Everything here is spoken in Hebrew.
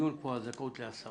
הדיון פה הוא על זכאות להסעות.